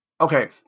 okay